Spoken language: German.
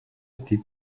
die